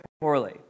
poorly